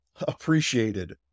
appreciated